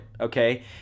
okay